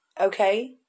Okay